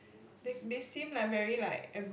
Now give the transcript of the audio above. they they seem like very like err